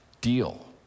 deal